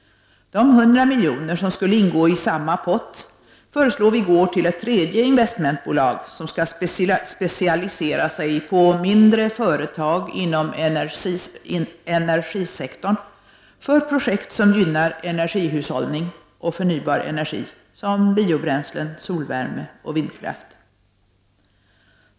De 100 miljoner som skulle ingå i samma pott föreslår vi går till ett tredje investmentbolag som skall specialisera sig på mindre företag inom energisektorn för projekt som gynnar energihushållning och förnybar energi, som biobränslen, solvärme och vindkraft.